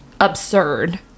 absurd